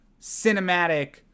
cinematic